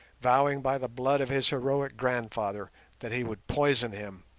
vowing by the blood of his heroic grandfather that he would poison him,